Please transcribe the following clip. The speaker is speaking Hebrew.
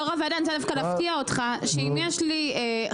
יו"ר הוועדה אני רוצה דווקא להפתיע אותך שאם יש לי חלום